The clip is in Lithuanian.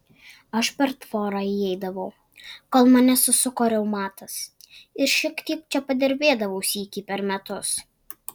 aš per tvorą įeidavau kol mane susuko reumatas ir šiek tiek čia padirbėdavau sykį per metus